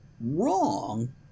wrong